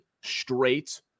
straight